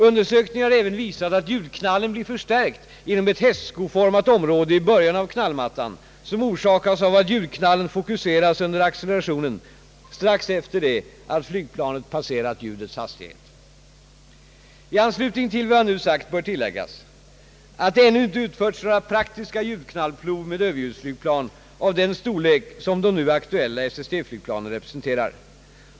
Undersökningar har även visat att ljudknallen blir förstärkt inom ett hästskoformat område i början av knallmattan, som orsakas av att ljudknallen fokuseras under accelerationen strax efter det att flygplanet passerat ljudets hastighet. I anslutning till vad jag nu sagt bör tilläggas att det ännu inte utförts några praktiska ljudknallprov med överljudsflygplan av den storlek som de nu aktuella SST-flygplanen representerar.